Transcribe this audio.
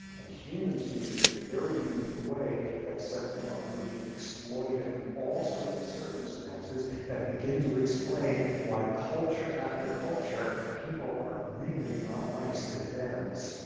and humans do it in a very unique way that sets them up for being exploited in all sorts of circumstances that begin to explain why culture after culture, people are really not nice to thems,